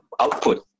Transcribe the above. output